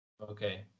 Okay